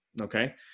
okay